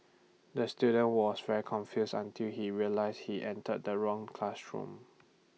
the student was very confused until he realised he entered the wrong classroom